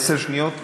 עשר שניות.